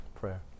prayer